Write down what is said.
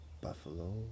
Buffalo